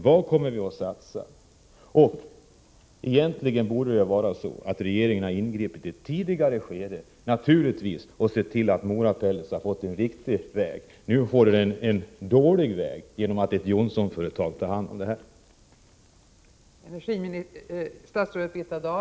Vad skall vi satsa på? Regeringen borde naturligtvis ha ingripit i ett tidigare skede och sett till att utvecklingen i Mora Pellets hade gått rätt väg. Genom att ett Johnsonföretag nu tar hand om verksamheten följer man en dålig väg.